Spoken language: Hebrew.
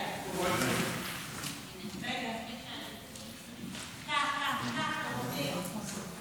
אני מזמין את יושב-ראש ועדת הכנסת חבר הכנסת אופיר כץ להציג את החלטת